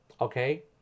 Okay